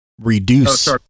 reduce